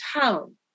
town